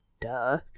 duh